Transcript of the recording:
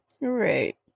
right